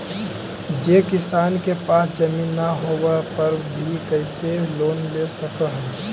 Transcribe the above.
जे किसान के पास जमीन न होवे पर भी कैसे लोन ले सक हइ?